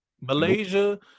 malaysia